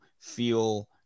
Feel